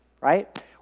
right